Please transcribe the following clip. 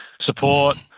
support